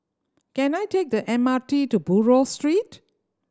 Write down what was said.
can I take the M R T to Buroh Street